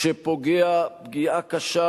שפוגע פגיעה קשה